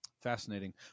fascinating